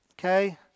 okay